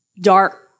dark